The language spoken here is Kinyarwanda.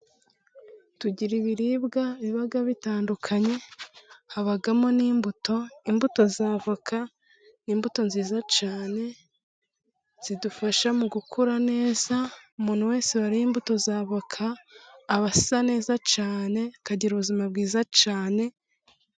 Tugira ibiribwa bitandukanye harimo n'imbuto. Imbuto za avoka ni imbuto nziza cyane. Zidufasha mu gukura neza. Umuntu wese wariye imbuto za avoka abasa neza cyane. Akagira ubuzima bwiza cyane.